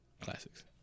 classics